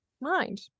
mind